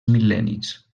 mil·lennis